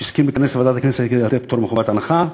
שהסכים לכנס את ועדת הכנסת כדי לתת פטור מחובת הנחה,